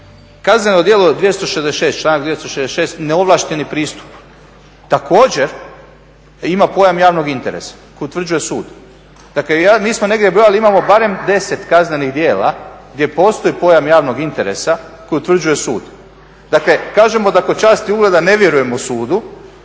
kazneno djelo članak 266. neovlašteni pristup, također ima pojam javnog interesa koji utvrđuje sud. Dakle, mi smo negdje brojali, imamo barem 10 kaznenih djela gdje postoji pojam javnog interesa koji utvrđuje sud. Dakle, kažemo da kod časti i ugleda ne vjerujemo sudu,